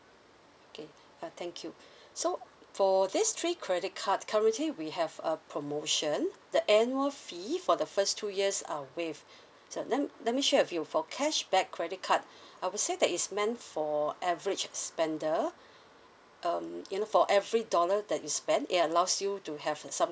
okay ah thank you so for this three credit cards currently we have a promotion the annual fee for the first two years are waived so let let me share with you for cashback credit card I would say that is meant for average spender um you know for every dollar that you spend it allows you to have some